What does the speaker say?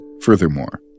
Furthermore